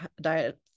diet